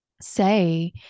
say